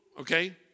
okay